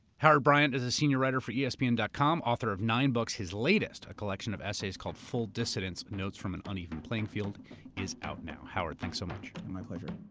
howard bryant is a senior writer for yeah espn. and com, author of nine books. his latest, a collection of essays called full dissidence notes from an uneven playing field is out now. howard, thanks so much. my pleasure.